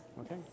Okay